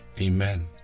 Amen